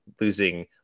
losing